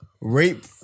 rape